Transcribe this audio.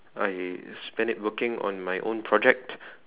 I spend it working on my own project